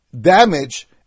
damage